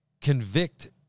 convict